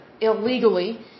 illegally